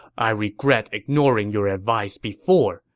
i regret ignoring your advice before,